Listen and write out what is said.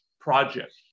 project